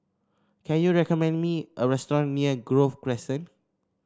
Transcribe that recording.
can you recommend me a restaurant near Grove Crescent